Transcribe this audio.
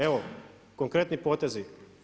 Evo konkretni potezi.